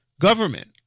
government